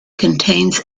contains